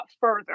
further